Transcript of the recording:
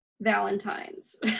Valentine's